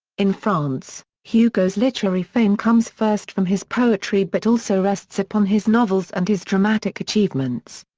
in france, hugo's literary fame comes first from his poetry but also rests upon his novels and his dramatic achievements.